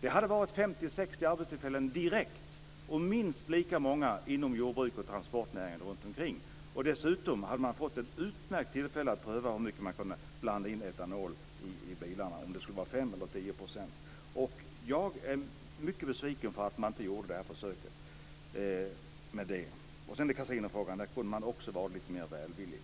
Det hade direkt fört med sig 50-60 nya arbetstillfällen och minst lika många inom jordbruket och transportnäringen. Dessutom hade man fått ett utmärkt tillfälle att prova om det gick att blanda etanol i drivmedel, om det skulle vara 5 eller 10 %. Jag är mycket besviken över att man inte genomförde detta försök. I kasinofrågan hade man också kunnat vara lite mer välvillig.